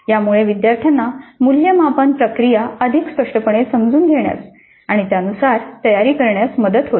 यामुळे विद्यार्थ्यांना मूल्यमापन प्रक्रिया अधिक स्पष्टपणे समजून घेण्यास आणि त्यानुसार तयारी करण्यास मदत होईल